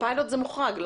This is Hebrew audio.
בפיילוט זה מוחרג.